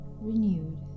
renewed